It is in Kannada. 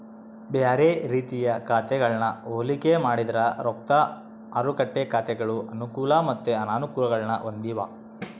ಬ್ಯಾರೆ ರೀತಿಯ ಖಾತೆಗಳನ್ನ ಹೋಲಿಕೆ ಮಾಡಿದ್ರ ರೊಕ್ದ ಮಾರುಕಟ್ಟೆ ಖಾತೆಗಳು ಅನುಕೂಲ ಮತ್ತೆ ಅನಾನುಕೂಲಗುಳ್ನ ಹೊಂದಿವ